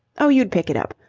oh, you'd pick it up.